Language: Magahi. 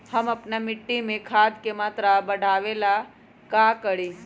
हम अपना मिट्टी में खाद के मात्रा बढ़ा वे ला का करी?